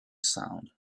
sound